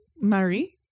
Marie